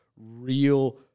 real